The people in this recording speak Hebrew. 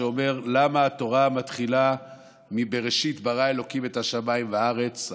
שאומר: למה התורה מתחילה מבראשית ברא אלוקים את השמים והארץ?